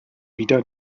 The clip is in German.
wieder